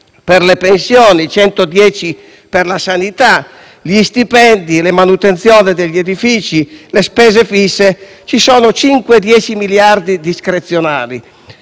per le pensioni, 110 per la sanità, gli stipendi, la manutenzione degli edifici e spese fisse varie, ci sono 5-10 miliardi discrezionali,